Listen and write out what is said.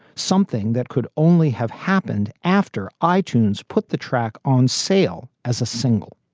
something that could only have happened after i-tunes. put the track on sale as a single.